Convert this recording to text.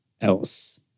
else